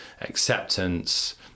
acceptance